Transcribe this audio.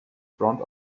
front